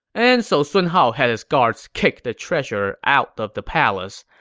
and so sun hao had his guards kick the treasurer out of the palace.